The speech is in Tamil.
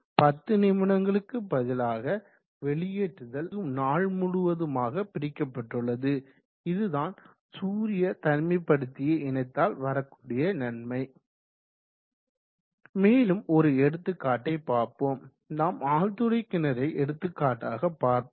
10 நிமிடங்களுக்கு பதிலாக வெளியேறுதல் நாள் முழுவதுமாக பிரிக்கப்பட்டுள்ளது இதுதான் சூரிய தனிமைப்படுத்தியை இணைத்தால் வரக்கூடிய நன்மை மேலும் ஒரு எடுத்துக்காட்டை பார்ப்போம் நாம் ஆழ்துளைகிணறை எடுத்துக்காட்டாக பார்ப்போம்